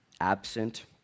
absent